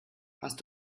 hast